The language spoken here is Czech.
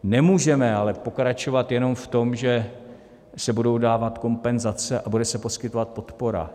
Nemůžeme ale pokračovat jenom v tom, že se budou dávat kompenzace a bude se poskytovat podpora.